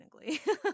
technically